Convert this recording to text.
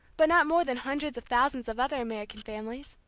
but not more than hundreds of thousands of other american families.